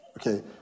Okay